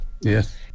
Yes